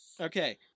Okay